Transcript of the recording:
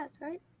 right